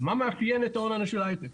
מה מאפיין את ההון האנושי להיי-טק?